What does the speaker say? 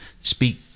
speak